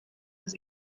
was